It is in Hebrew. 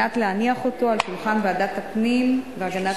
כדי להניח אותו על שולחן ועדת הפנים והגנת